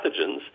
pathogens